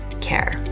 care